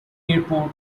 airport